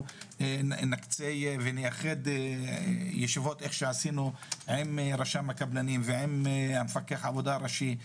נקצה ישיבות עם רשם הקבלנים ועם מפקח העבודה הראשי.